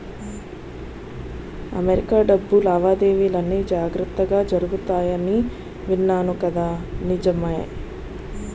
America డబ్బు లావాదేవీలన్నీ జాగ్రత్తగా జరుగుతాయని విన్నాను కదా నిజమే